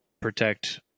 protect